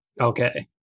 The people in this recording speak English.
Okay